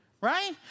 right